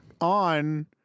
on